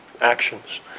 actions